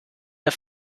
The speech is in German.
der